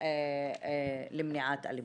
למניעת אלימות.